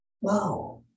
wow